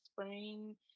spring